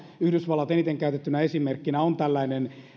yhdysvallat eniten käytettynä esimerkkinä on tällainen